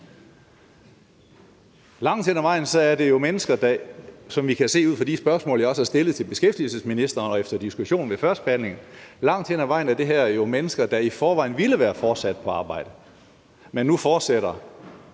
Langt hen ad vejen er det jo mennesker, der, som vi kan se ud fra svarene på de spørgsmål, jeg også har stillet til beskæftigelsesministeren, og efter diskussionen ved førstebehandlingen, i forvejen ville være fortsat med at arbejde. Nu fortsætter